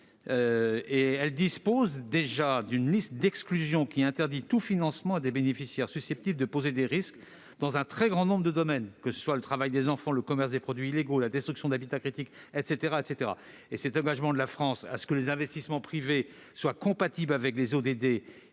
dispose d'ores et déjà d'une liste d'exclusion interdisant tout financement à d'éventuels bénéficiaires susceptibles de poser des risques, dans un très grand nombre de domaines- travail des enfants, commerce des produits illégaux, destruction d'habitats critiques ... Cet engagement de la France à faire en sorte que les investissements privés soient compatibles avec les ODD